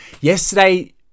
Yesterday